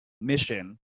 mission